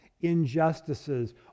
injustices